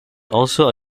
also